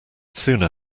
sooner